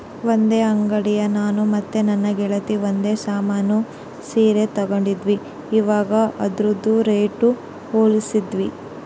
ಒಂದೇ ಅಂಡಿಯಾಗ ನಾನು ಮತ್ತೆ ನನ್ನ ಗೆಳತಿ ಒಂದೇ ನಮನೆ ಸೀರೆ ತಗಂಡಿದ್ವಿ, ಇವಗ ಅದ್ರುದು ರೇಟು ಹೋಲಿಸ್ತಿದ್ವಿ